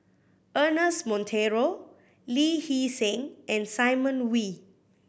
Ernest Monteiro Lee Hee Seng and Simon Wee